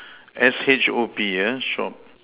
S H O P ah shop